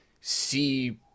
see